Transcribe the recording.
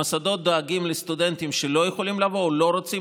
המוסדות דואגים לסטודנטים שלא יכולים לבוא או לא רוצים